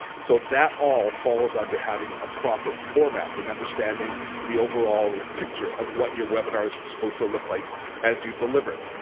so that all falls under having a proper format and understanding the overall picture of what your webinar is supposed to look like as you deliver it.